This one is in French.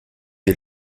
des